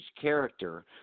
character